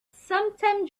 sometime